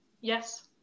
Yes